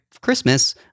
Christmas